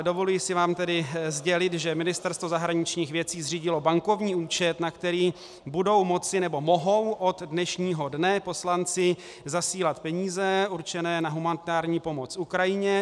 Dovoluji si vám tedy sdělit, že Ministerstvo zahraničních věcí zřídilo bankovní účet, na který budou moci nebo mohou od dnešního dne poslanci zasílat peníze určené na humanitární pomoc Ukrajině.